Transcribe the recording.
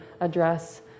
address